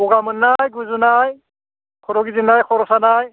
गगा मोननाय गुजुनाय खर' गिदिंनाय खर' सानाय